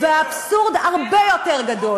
יפה מאוד.